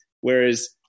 whereas